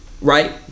right